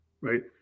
right